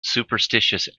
superstitious